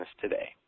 today